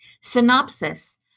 Synopsis